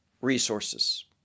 resources